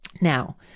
Now